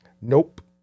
Nope